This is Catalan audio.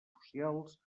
socials